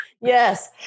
Yes